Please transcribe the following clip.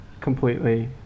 completely